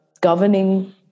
governing